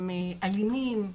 הם אלימים.